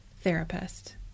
therapist